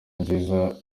nziza